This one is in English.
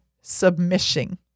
submission